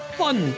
fun